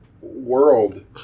world